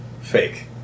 fake